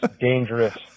dangerous